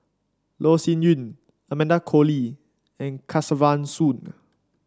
Loh Sin Yun Amanda Koe Lee and Kesavan Soon